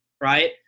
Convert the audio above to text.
right